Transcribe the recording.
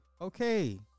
okay